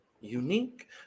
Unique